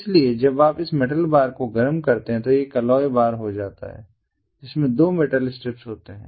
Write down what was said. इसलिए जब आप इस मेटल बार को गर्म करते हैं तो यह एक अलॉय बार होती है जिसमें दो मेटल स्ट्रिप्स होते हैं